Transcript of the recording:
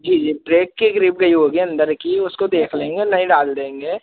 जी जी ब्रेक की ग्रिप गई होगी अन्दर की उसको देख लेंगे नहीं डाल देंगे